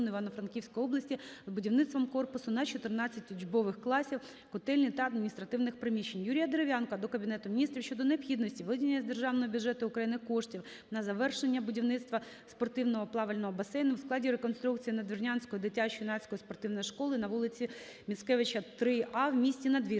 Івано-Франківської області з будівництвом корпусу на 14 учбових класів, котельні та адміністративних приміщень. Юрія Дерев'янка до Кабінету Міністрів щодо необхідності виділення із Державного бюджету України коштів на завершення будівництва спортивного плавального басейну (в складі реконструкції Надвірнянської дитячо-юнацької спортивної школи), на вулиці Міцкевича, 3а, в місті Надвірна,